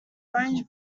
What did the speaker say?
orange